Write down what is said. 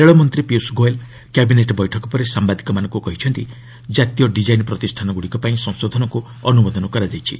ରେଳମନ୍ତ୍ରୀ ପୀୟୁଷ ଗୋୟଲ୍ କ୍ୟାବିନେଟ୍ ବୈଠକ ପରେ ସାମ୍ବାଦିକମାନଙ୍କୁ କହିଛନ୍ତି ଜାତୀୟ ଡିକାଇନ୍ ପ୍ରତିଷ୍ଠାନଗୁଡ଼ିକ ପାଇଁ ସଂଶୋଧନକୁ ଅନୁମୋଦନ କରାଯାଇଛି